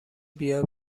بیا